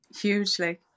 Hugely